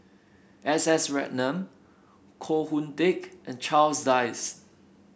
S S Ratnam Koh Hoon Teck and Charles Dyce